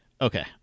Okay